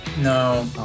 No